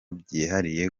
byihariye